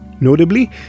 Notably